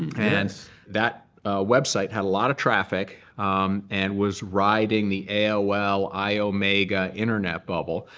and that website had a lot of traffic and was riding the aol iomega internet bubble.